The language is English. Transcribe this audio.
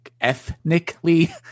ethnically